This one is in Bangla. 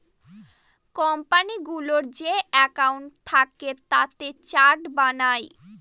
কোম্পানিগুলোর যে একাউন্ট থাকে তাতে চার্ট বানায়